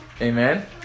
Amen